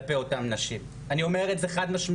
כלפי אותן נשים, אני אומר את זה חד-משמעית,